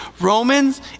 Romans